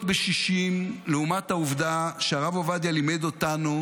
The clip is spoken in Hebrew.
בשישים לעומת העובדה שהרב עובדיה לימד אותנו,